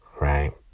right